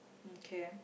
okay